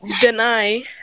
deny